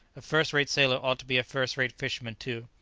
a first-rate sailor ought to be a first-rate fisherman too.